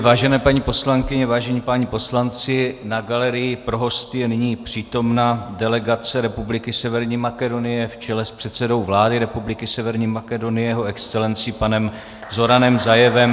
Vážené paní poslankyně, vážení páni poslanci, na galerii pro hosty je nyní přítomna delegace Republiky Severní Makedonie v čele s předsedou vlády Republiky Severní Makedonie Jeho Excelencí panem Zoranem Zaevem.